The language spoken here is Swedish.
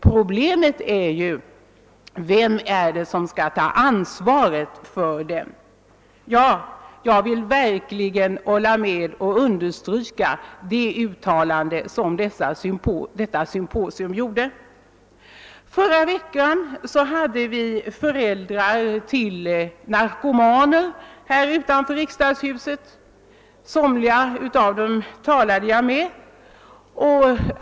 Jag håller verkligen med om och understryker vad som sagts i det uttalande som symposiet gjorde. Men vem skall ta ansvaret för denna utbildning? Förra veckan var föräldrar till narkomaner samlade utanför riksdagshuset, och jag talade med några av dem.